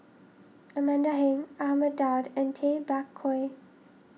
Amanda Heng Ahmad Daud and Tay Bak Koi